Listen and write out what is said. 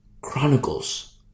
chronicles